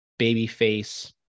babyface